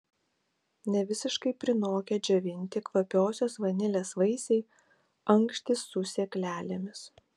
nevisiškai prinokę džiovinti kvapiosios vanilės vaisiai ankštys su sėklelėmis